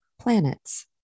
planets